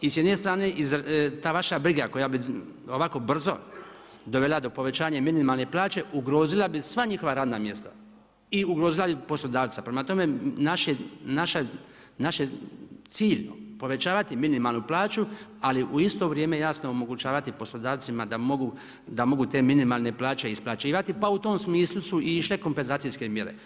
I s jedne strane ta vaša briga koja bi ovako brzo dovela do povećanja minimalne plaće, ugrozila bi sva njihova radna mjesta i ugrozila bi poslodavca, prema tome naš je cilj povećavati minimalnu plaću ali u isto vrijeme omogućavati poslodavcima da mogu te minimalne isplaćivati pa u tom smislu su i išle kompenzacijske mjere.